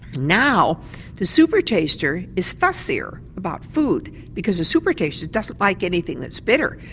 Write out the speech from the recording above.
now the supertaster is fussier about food because a supertaster doesn't like anything that's bitter.